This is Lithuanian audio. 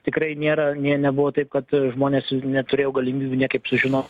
tikrai nėra nė nebuvo taip kad žmonės neturėjo galimybių niekaip sužinot